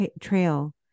trail